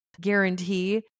guarantee